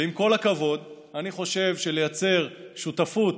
ועם כל הכבוד, אני חושב שלייצר שותפות